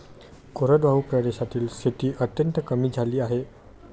कोरडवाहू प्रदेशातील शेती अत्यंत कमी झाली आहे